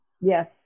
Yes